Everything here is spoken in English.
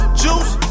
juice